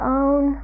own